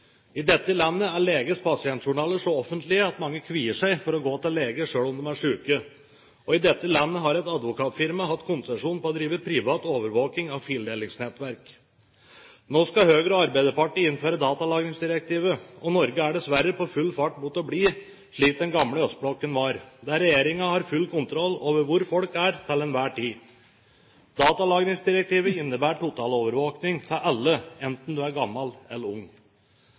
I dette landet er legenes pasientjournaler så offentlige at mange kvier seg for å gå til lege selv om de er syke. I dette landet har et advokatfirma hatt konsesjon på å drive privat overvåking av fildelingsnettverk. Nå skal Høyre og Arbeiderpartiet innføre datalagringsdirektivet, og Norge er dessverre på full fart mot å bli slik den gamle østblokken var, der regjeringen hadde full kontroll over hvor folk var til enhver tid. Datalagringsdirektivet innebærer en totalovervåking av alle, enten du er gammel eller ung.